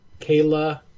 Kayla